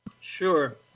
Sure